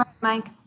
Mike